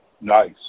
Nice